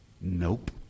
nope